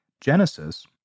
Genesis